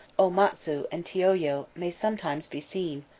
o-matsue and teoyo may sometimes be seen,